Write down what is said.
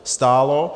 Stálo.